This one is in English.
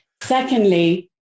secondly